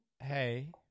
Hey